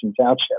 Township